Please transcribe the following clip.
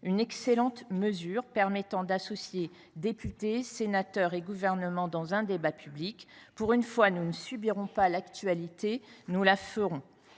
une excellente mesure qui permettra d’associer députés, sénateurs et Gouvernement dans un débat public. Pour une fois, nous ne subirons pas l’actualité, nous la ferons.